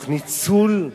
תוך ניצול,